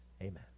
Amen